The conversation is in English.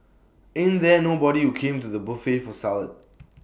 ain't there nobody who came to the buffet for salad